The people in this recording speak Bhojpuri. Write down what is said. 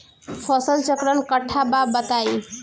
फसल चक्रण कट्ठा बा बताई?